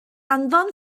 anfon